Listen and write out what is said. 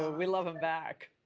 ah we love him back.